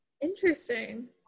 Interesting